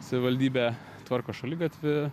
savivaldybė tvarko šaligatvį